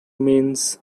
means